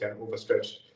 overstretched